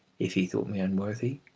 if he thought me unworthy,